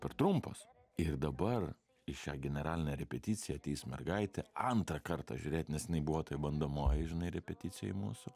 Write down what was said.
per trumpas ir dabar į šią generalinę repeticiją ateis mergaitė antrą kartą žiūrėt nes jinai buvo toj bandomojoj žinai repeticijoj mūsų